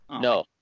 No